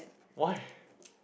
why